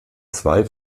zwei